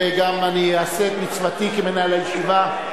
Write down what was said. ואני גם אעשה את מצוותי כמנהל הישיבה,